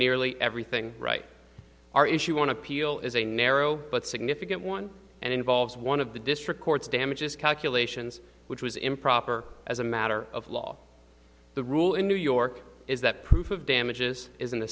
nearly everything right our issue on appeal is a narrow but significant one and involves one of the district courts damages calculations which was improper as a matter of law the rule in new york is that proof of damages is